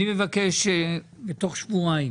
אני מבקש תוך שבועיים